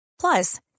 Plus